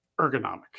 ergonomic